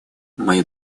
мое